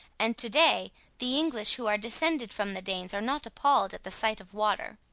and to-day the english who are descended from the danes are not appalled at the sight of water.